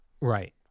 Right